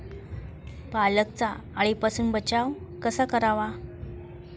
पालकचा अळीपासून बचाव कसा करावा?